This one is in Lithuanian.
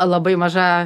labai maža